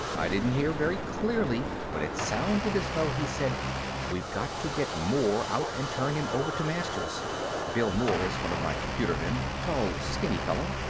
i didn't hear very clearly, but it sounded as though he said we've got to get moore out and turn him over to masters bill moore is one of my computermen tall, skinny fellow.